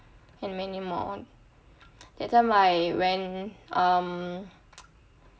and many more that time I went um